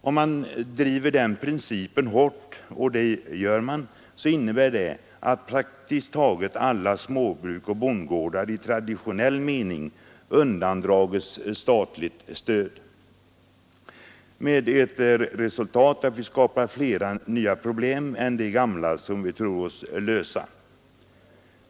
Om man driver den principen hårt — och det gör man — så innebär det att praktiskt taget alla småbruk och bondgårdar i traditionell mening undandrages statligt stöd, med resultat att vi skapar fler nya problem än de gamla som vi tror oss lösa.